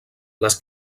les